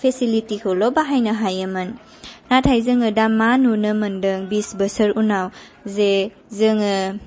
फेसिलिटिखौल' बाहायनो हायोमोन नाथाय जोङो दा मा नुनो मोनदों बिस बोसोर उनाव जे जोङो